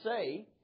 say